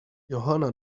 johanna